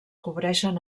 cobreixen